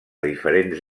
diferents